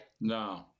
no